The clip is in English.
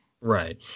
right